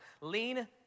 Lean